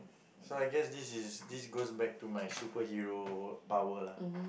so I guess this is this goes back to my superhero power lah